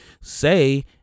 say